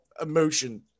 emotion